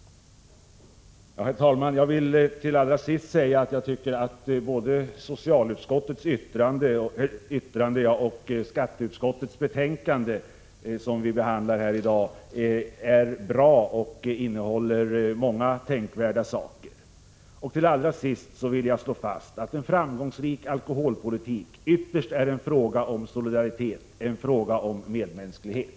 Herr talman! Jag vill gärna säga att jag tycker att både socialutskottets yttrande och skatteutskottets betänkande som vi behandlar i dag är bra och innehåller många tänkvärda saker. Allra sist vill jag slå fast att en framgångsrik alkoholpolitik ytterst är en fråga om solidaritet, en fråga om medmänsklighet.